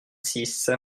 six